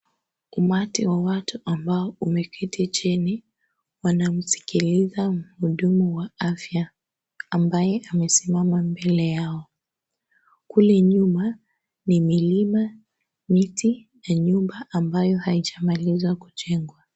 Umati wa watu ambao umeketi chini. Wanamsikiliza mhudumu wa afya, ambaye amesimama mbele yao. Kule nyuma ,ni milima, miti ya nyumba ambayo haijamalizwa kujengwa.